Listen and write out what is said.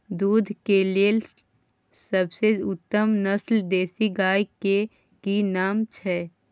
दूध के लेल सबसे उत्तम नस्ल देसी गाय के की नाम छै?